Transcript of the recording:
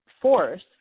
force